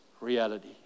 reality